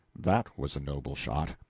that was a noble shot!